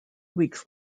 weeks